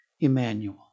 Emmanuel